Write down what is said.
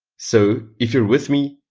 so, if you're with me,